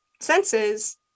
senses